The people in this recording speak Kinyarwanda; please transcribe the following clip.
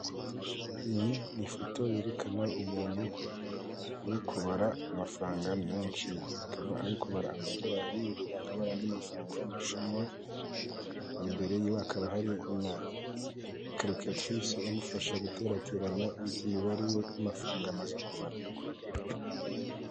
Iyi ni ifoto yerekana umuntu uri kubara amafaranga menshi, akaba ari kubara amadorari, imbere hakaba hari andi mafaranga y'amashinwa, imbere ye hakaba hari na karikiratirise imufasha guterateranya indi mibare y'amafaranga amaze kubara.